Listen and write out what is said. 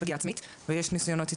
יש פגיעה עצמית, ויש ניסיונות התאבדות.